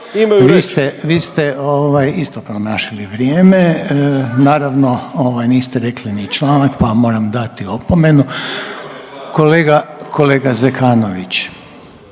vi ste isto promašili vrijeme. Naravno, ovaj niste rekli ni članak pa moram dati opomenu. Kolega, kolega Zekanović.